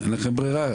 אין לכם ברירה,